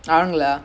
they legit